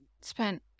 Spent